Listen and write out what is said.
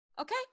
Okay